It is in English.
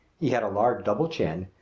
he had a large double chin,